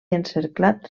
encerclat